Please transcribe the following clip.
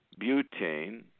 butane